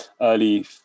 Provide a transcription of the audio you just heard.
early